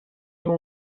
اون